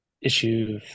issue